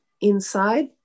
inside